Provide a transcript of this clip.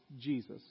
Jesus